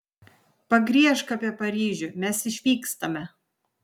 pagriežk apie paryžių mes išvykstame